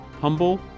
humble